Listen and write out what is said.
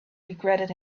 regretted